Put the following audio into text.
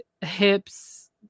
hips